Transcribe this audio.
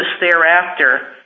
thereafter